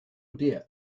dear